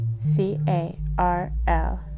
C-A-R-L